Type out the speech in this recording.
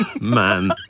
Man